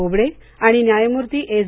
बोबडे आणि न्यायमूर्ती एस